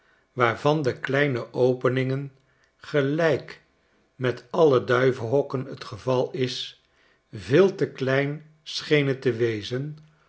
waarvan de kleine openingen gelijk met alle duivenhokken het geval is veel te klein schenen te wezen